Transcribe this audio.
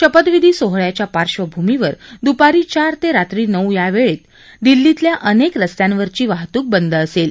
शपथविधी सोहळ्याच्या पार्श्वभूमीवर दुपारी चार ते रात्री नऊ या वेळात दिल्लीतल्या अनेक रस्त्यांवरची वाहतूक बंद असेल